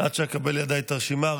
עד שאקבל לידי את הרשימה,